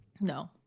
No